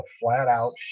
flat-out